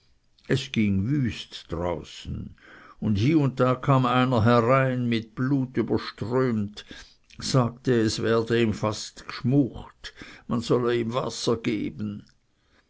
es ging wüst draußen und hie und da kam einer herein mit blut überströmt sagte es werde ihm fast gschmucht und man solle ihm wasser geben